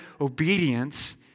obedience